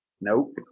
Nope